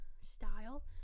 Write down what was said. style